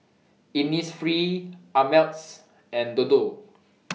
Innisfree Ameltz and Dodo